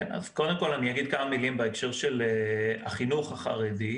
קודם כל אני אגיד כמה מילים בהקשר של החינוך החרדי.